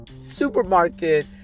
supermarket